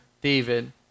David